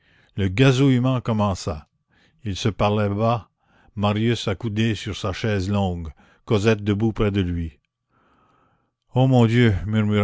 le gazouillement commença ils se parlaient bas marius accoudé sur sa chaise longue cosette debout près de lui ô mon dieu